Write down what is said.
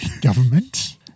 government